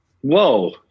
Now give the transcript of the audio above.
Whoa